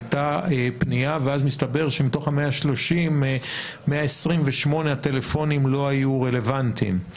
הייתה פנייה ואז מסתבר שמתוך ה-130 128 טלפונים לא היו רלוונטיים.